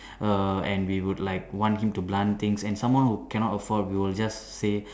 err and we would like want him to belan things and someone who couldn't afford we would just say